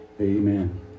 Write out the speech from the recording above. Amen